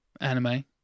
anime